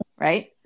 Right